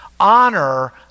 honor